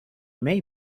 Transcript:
may